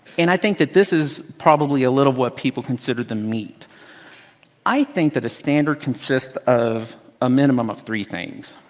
and i think that this is probably a lot of what people consider the meat i think that a standard consist of a minimum of three things.